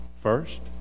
first